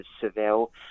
Seville